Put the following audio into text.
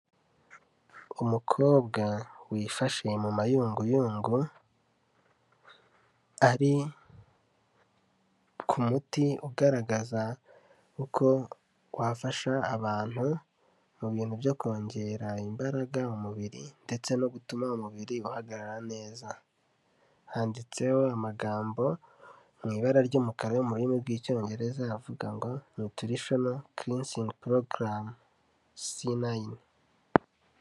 Umukobwa wifashe mu mayunguyungu ari ku muti ugaragaza uko wafasha abantu mu bintu byo kongera imbaraga mu mubiri ndetse no gutuma umubiri uhagarara neza. Handitseho amagambo mu ibara ry'umukara mu rurimi rw'Icyongerezavuga ngo "Nutritional Clinsing Program C9".